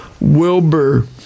Wilbur